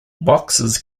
boxes